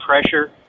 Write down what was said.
pressure